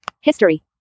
History